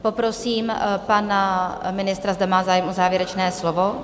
Poprosím pana ministra, zda má zájem o závěrečné slovo?